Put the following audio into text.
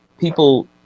people